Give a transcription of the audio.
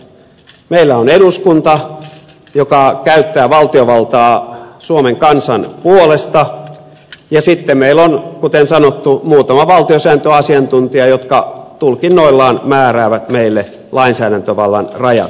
meillä on eduskunta joka käyttää valtiovaltaa suomen kansan puolesta ja sitten meillä on kuten sanottu muutama valtiosääntöasiantuntija jotka tulkinnoillaan määräävät meille lainsäädäntövallan rajat